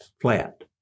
flat